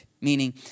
meaning